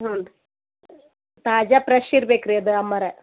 ಹ್ಞೂ ರೀ ತಾಜಾ ಫ್ರೆಶ್ ಇರ್ಬೇಕು ರೀ ಅದು ಅಮ್ಮೋರೆ